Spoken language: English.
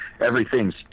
everything's